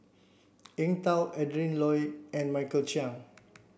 Eng Tow Adrin Loi and Michael Chiang